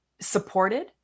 supported